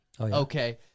Okay